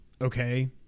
okay